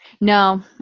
No